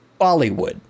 bollywood